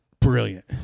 brilliant